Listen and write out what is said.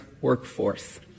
workforce